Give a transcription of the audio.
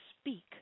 speak